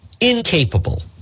incapable